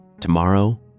Tomorrow